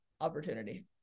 opportunity